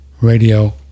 Radio